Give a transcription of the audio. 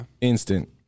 Instant